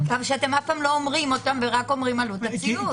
אתם אף פעם לא אומרים אותם ורק אומרים עלות הציות.